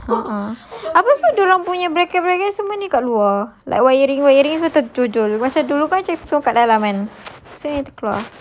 to be (uh huh) habis tu dia orang punya bracket bracket semua ni kat luar like wiring wiring terjojol macam dulu ke semua kat dalam kan